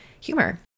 humor